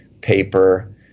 paper